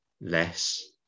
less